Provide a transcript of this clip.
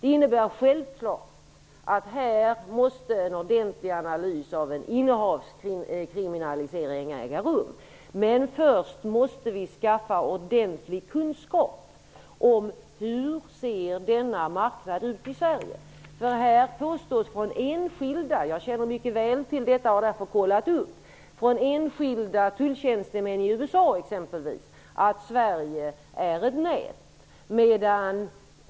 Det innebär självfallet att en ordentlig analys av en innehavskriminalisering måste äga rum. Men först måste vi skaffa oss ordentlig kunskap om hur denna marknad ser ut i Här påstår enskilda tulltjänstemän i t.ex. USA att Sverige är ett nät. Jag känner mycket väl till detta och har därför kollat upp det.